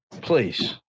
Please